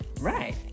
Right